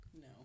No